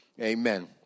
amen